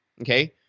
okay